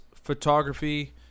Photography